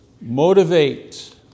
motivate